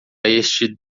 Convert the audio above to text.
este